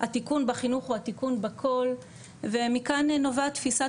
התיקון בחינוך הוא התיקון בכל ומכאן נובעת תפיסת